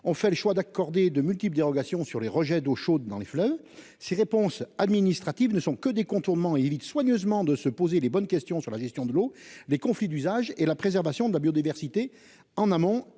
ont choisi d'accorder de multiples dérogations en matière de rejets d'eau chaude dans les fleuves. Ces réponses administratives ne sont que des contournements qui permettent d'éviter soigneusement de se poser les bonnes questions sur la gestion de l'eau, sur les conflits d'usage et sur la préservation de la biodiversité en amont